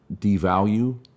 devalue